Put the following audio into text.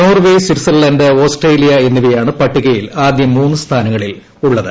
Norway Switzerland Australia എന്നിവയാണ് പട്ടികയിൽ ആദ്യ മൂന്നു സ്ഥാനങ്ങളിലുള്ളത്